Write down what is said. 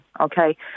Okay